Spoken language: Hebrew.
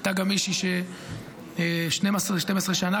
והייתה גם מישהי שכבר 12 שנה,